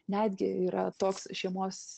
netgi yra toks šeimos